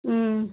ம்